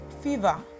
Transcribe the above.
fever